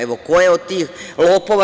Evo, ko je od tih lopova…